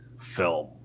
film